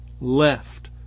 left